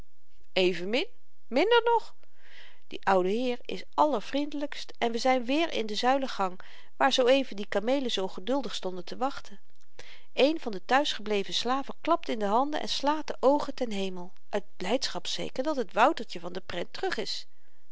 evenmin minder nog die oudeheer is allervriendelykst en we zyn weer in de zuilengang waar zoo-even die kameelen zoo geduldig stonden te wachten een van de thuisgebleven slaven klapt in de handen en slaat de oogen ten hemel uit blydschap zeker dat het woutertje van de prent terug is